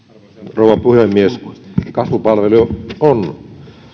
rouva puhemies kasvupalvelu on